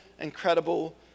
incredible